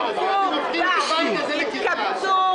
אתם לא יכולים כלום להראות לציבור.